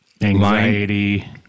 Anxiety